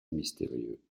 mystérieux